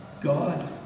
God